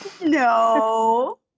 No